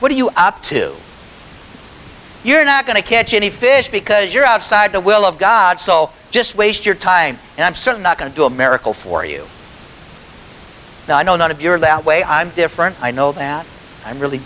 what are you up to you're not going to catch any fish because you're outside the will of god so just waste your time and i'm certain not going to do a miracle for you know none of your that way i'm different i know that i'm really